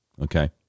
okay